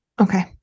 Okay